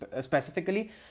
specifically